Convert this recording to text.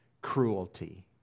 cruelty